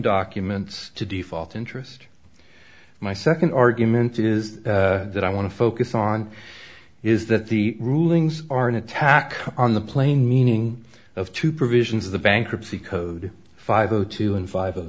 documents to default interest my second argument is that i want to focus on is that the rulings are an attack on the plain meaning of two provisions of the bankruptcy code five o two and five